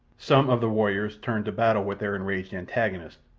some of the warriors turned to battle with their enraged antagonists,